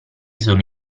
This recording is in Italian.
sono